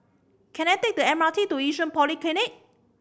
can I take the M R T to Yishun Polyclinic